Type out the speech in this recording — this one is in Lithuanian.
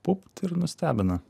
pupt ir nustebina